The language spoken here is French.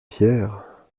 pierres